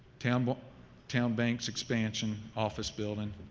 town but town bank's expansion office building,